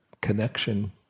connection